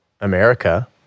America